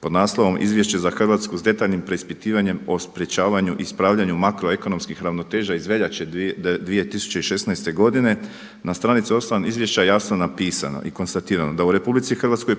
pod naslovom „Izvješće za Hrvatsku s detaljnim preispitivanjem o sprječavanju, ispravljanju makroekonomskih ravnoteža“ iz veljače 2016. godine. Na stranci 8. izvješća jasno je na pisano i konstatirano da u RH